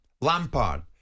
Lampard